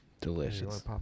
Delicious